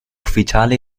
ufficiale